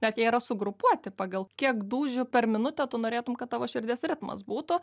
bet jie yra sugrupuoti pagal kiek dūžių per minutę tu norėtum kad tavo širdies ritmas būtų